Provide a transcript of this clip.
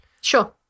Sure